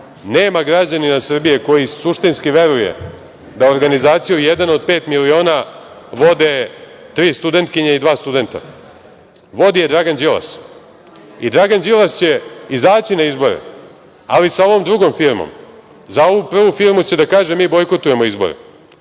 Nema građanina Srbije koji suštinski veruje da organizaciju „Jedan od pet miliona“ vode tri studentkinje i dva studenta. Vodi je Dragan Đilas i Dragan Đilas će izaći na izbore, ali sa ovom drugom firmom. Za ovu prvu firmu će da kaže – mi bojkotujemo izbore.